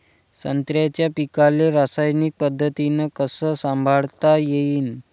संत्र्याच्या पीकाले रासायनिक पद्धतीनं कस संभाळता येईन?